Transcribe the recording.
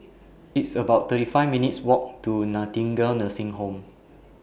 It's about thirty five minutes' Walk to Nightingale Nursing Home